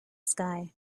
sky